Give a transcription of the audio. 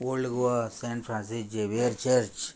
old Goa San Francis Xavier church